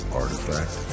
artifact